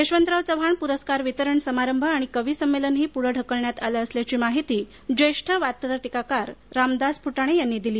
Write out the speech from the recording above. यशवंतराव चव्हाण प्रस्कार वितरण समारंभ आणि कविसंमेलन पुढे ढकलण्यात आलं असल्याची माहिती ज्येष्ठ वात्रटिकाकार रामदास फुटाणे यांनी दिली